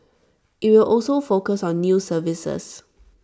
IT will also focus on new services